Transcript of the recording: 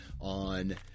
on